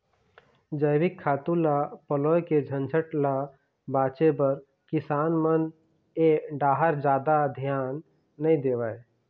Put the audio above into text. जइविक खातू ल पलोए के झंझट ल बाचे बर किसान मन ए डाहर जादा धियान नइ देवय